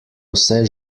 vse